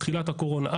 תחילת הקורונה,